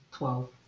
Twelve